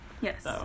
Yes